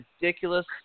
ridiculous